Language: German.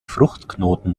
fruchtknoten